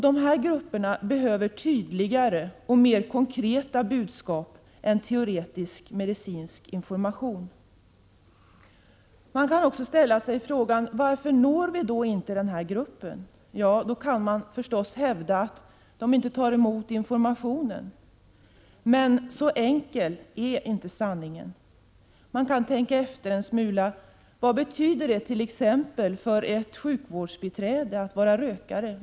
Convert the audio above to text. De här grupperna behöver tydligare och mer konkreta budskap än teoretisk medicinsk information. Man kan också ställa sig frågan varför vi inte når de här grupperna. Man kan förstås hävda att de inte tar emot informationen. Men så enkel är inte sanningen. Man kan tänka efter en smula: Vad betyder det t.ex. för ett sjukvårdsbiträde att röka?